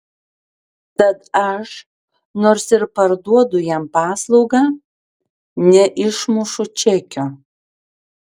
tad aš nors ir parduodu jam paslaugą neišmušu čekio